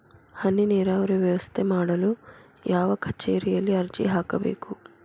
ಹನಿ ನೇರಾವರಿ ವ್ಯವಸ್ಥೆ ಮಾಡಲು ಯಾವ ಕಚೇರಿಯಲ್ಲಿ ಅರ್ಜಿ ಹಾಕಬೇಕು?